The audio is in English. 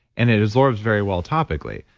and it absorbs very well topically.